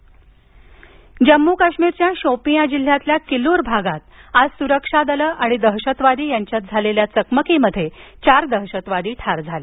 काश्मीर जम्मू काश्मीरच्या शोपियाँ जिल्ह्यातील किलूर भागात आज सुरक्षा दलं आणि आणि दहशतवादी यांच्यात झालेल्या चकमकीत चार दहशतवादी ठार झाले